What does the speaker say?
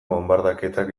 bonbardaketak